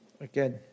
Again